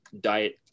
diet